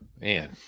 Man